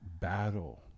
battle